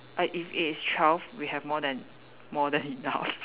I if it is twelve we have more than more than enough